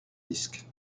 disque